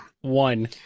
One